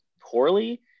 poorly